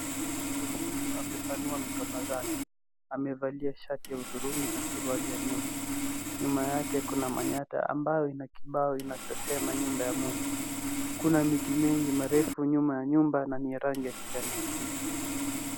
Mtu huyu amepanua mikono zake. Amevalia shati ya hudhurungi na suruali ya nyeupe. Nyuma yake kuna manyatta ambao ina kibao inachosema "nyumba ya Mungu" . Kuna miti mingi mirefu nyuma ya nyumba na yenye rangi ya kijani kibichi.